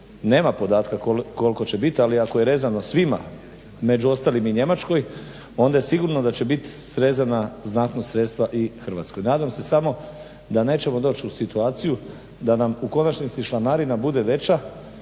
nema podatka koliko će biti ali ako je rezano svima među ostalim i Njemačkoj onda je sigurno da će biti srezana znatno sredstva i Hrvatskoj. Nadam se samo da nećemo doći u situaciju da nam u konačnici članarina bude veća